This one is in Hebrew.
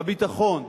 בביטחון,